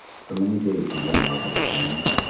for many days he ran over the plains.